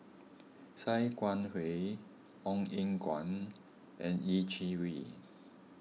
Sia Kah Hui Ong Eng Guan and Yeh Chi Wei